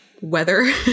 weather